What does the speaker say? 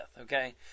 Okay